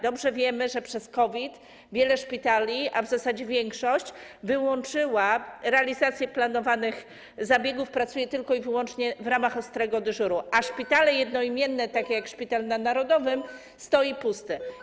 Dobrze wiemy, że przez COVID wiele szpitali, a w zasadzie większość, wyłączyła realizację planowanych zabiegów, pracuje tylko i wyłącznie w ramach ostrego dyżuru, a szpitale jednoimienne takie jak szpital na stadionie narodowym stoją puste.